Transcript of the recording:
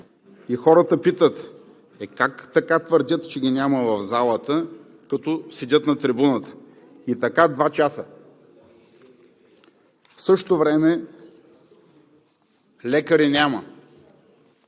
Хората питат: как така твърдят, че ги няма в залата, като седят на трибуната? И така – два часа. В същото време лекари няма.